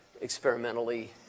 experimentally